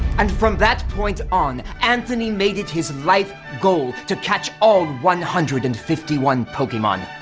and from that point on, anthony made it his life goal to catch all one hundred and fifty one pokemon.